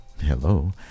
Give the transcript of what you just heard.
hello